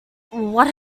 what